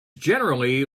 generally